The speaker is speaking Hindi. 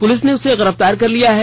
पुलिस ने उसे गिरफ्तार कर लिया है